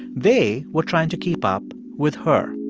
they were trying to keep up with her.